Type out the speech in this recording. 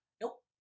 Nope